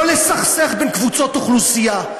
לא לסכסך בין קבוצות אוכלוסייה,